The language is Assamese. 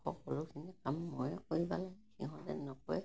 সকলোখিনি কাম বন কৰিব লাগে সিহঁতে নকৰে